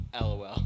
lol